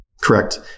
Correct